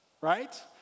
right